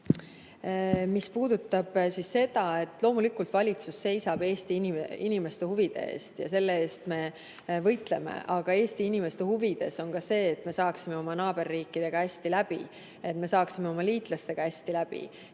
teisesuunaline. Loomulikult, valitsus seisab Eesti inimeste huvide eest, nende eest me võitleme, aga Eesti inimeste huvides on ka see, et me saaksime oma naaberriikidega hästi läbi, et me saaksime oma liitlastega hästi läbi.